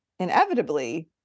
Inevitably